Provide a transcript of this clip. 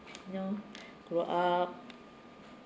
you know grow up